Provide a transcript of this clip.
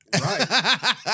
Right